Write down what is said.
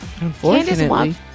Unfortunately